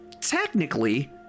technically